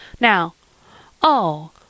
Now—oh